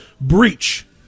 breach